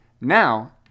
now